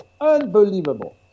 Unbelievable